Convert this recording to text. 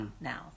now